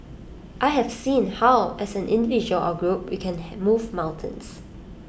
I have seen how as an individual or A group we can move mountains